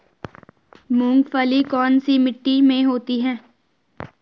मूंगफली कौन सी मिट्टी में होती है?